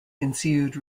ensued